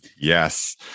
Yes